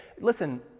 Listen